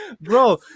Bro